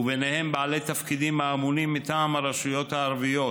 ובהם בעלי התפקידים האמונים מטעם הרשויות הערביות,